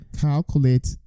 Calculate